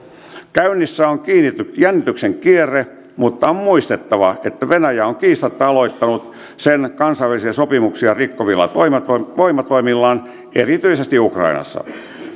käynnissä on jännityksen kierre mutta on muistettava että venäjä on kiistatta aloittanut sen kansainvälisiä sopimuksia rikkovilla voimatoimillaan erityisesti ukrainassa